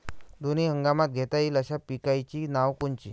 दोनी हंगामात घेता येईन अशा पिकाइची नावं कोनची?